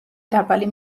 დაბალი